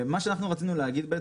מה שרצינו להגיד,